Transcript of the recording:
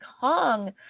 Kong